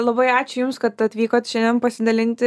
labai ačiū jums kad atvykot šiandien pasidalinti